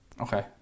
Okay